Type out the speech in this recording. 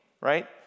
right